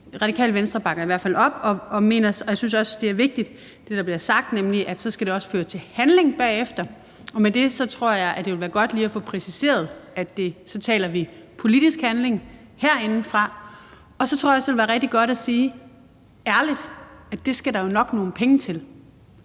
Radikale Venstre bakker i hvert fald op. Og jeg synes også, at det, der bliver sagt, er vigtigt, nemlig at det så også skal føre til handling bagefter. Med det tror jeg, det vil være godt lige at få præciseret, at så taler vi om politisk handling herindefra, og så tror jeg også, det vil være rigtig godt at sige ærligt, at det skal der nok nogle penge til.